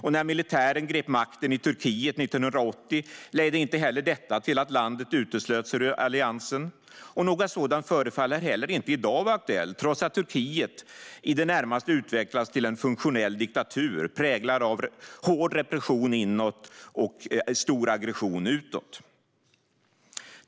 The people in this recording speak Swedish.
Och när militären grep makten i Turkiet 1980 ledde inte heller detta till att landet uteslöts ur alliansen. Något sådant förefaller inte heller i dag vara aktuellt, trots att Turkiet i det närmaste utvecklats till en funktionell diktatur, präglad av hård repression inåt och stor aggression utåt.